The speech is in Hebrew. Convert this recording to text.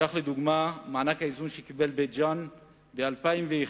כך, מענק האיזון שקיבלה בית-ג'ן ב-2001